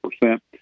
percent